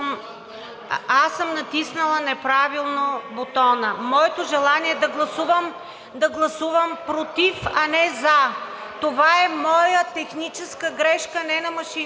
аз съм натиснала неправилно бутона. Моето желание е да гласувам против, а не за. Това е моя техническа грешка, а не на машината,